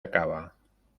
acaba